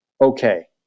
okay